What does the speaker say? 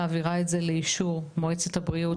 מעבירה את זה לאישור מועצת הבריאות,